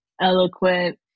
eloquent